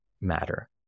matter